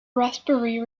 raspberry